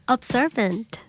Observant